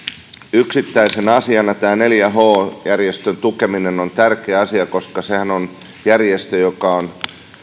yksittäisenä asiana tämä neljä h järjestön tukeminen on tärkeä asia koska sehän on järjestö joka on